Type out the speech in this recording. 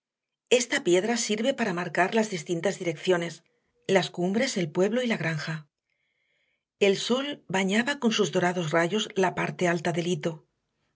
esta piedra sirve para marcar las distintas direcciones las cumbres el pueblo y la granja el sol bañaba con sus dorados rayos la parte alta del